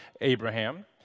Abraham